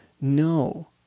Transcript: No